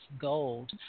Gold